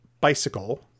bicycle